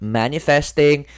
manifesting